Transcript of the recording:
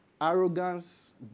arrogance